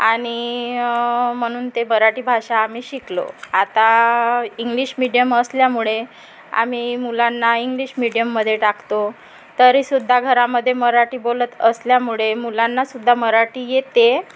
आणि म्हणून ते मराठी भाषा आम्ही शिकलो आता इंग्लिश मीडियम असल्यामुळे आम्ही मुलांना इंग्लिश मिडीयममध्ये टाकतो तरी सुद्धा घरामध्ये मराठी बोलत असल्यामुळे मुलांना सुद्धा मराठी येते